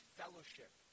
fellowship